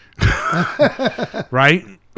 Right